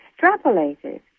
extrapolated